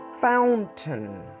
fountain